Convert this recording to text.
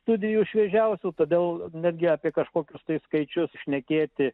studijų šviežiausių todėl netgi apie kažkokius tai skaičius šnekėti